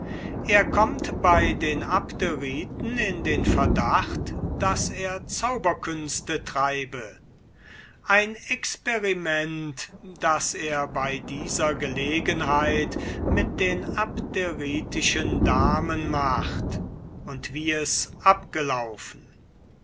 er könnt bei den abderiten in den verdacht daß er zauberkünste treibe ein experiment das er bei dieser gelegenheit mit den abderitischen damen macht und wie es abgelaufen